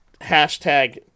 hashtag